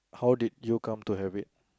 how did you come to have it